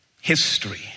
history